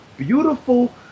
Beautiful